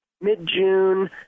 mid-June